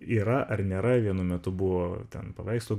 yra ar nėra vienu metu buvo ten paveikslų